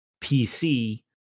pc